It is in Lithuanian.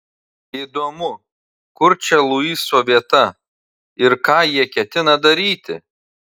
įdomu kur čia luiso vieta ir ką jie ketina daryti